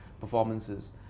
performances